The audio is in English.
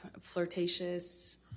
flirtatious